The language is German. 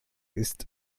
ist